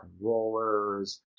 rollers